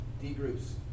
d-groups